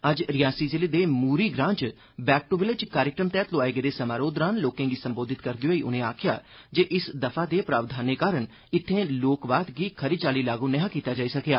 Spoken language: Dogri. अज्ज रियासी ज़िले दे मूरी ग्रां च 'बैक दू विलेज' कार्यक्रम तैह्त लोआए गेदे समारोड् दौरान लोकें गी संबोधित करदे होई उनें आक्खेआ जे इस धारा दे प्रावधानें कारण इत्थै लोकवाद गी खरी चाल्ली लागू नेईं कीता जाई सकेआ